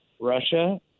Russia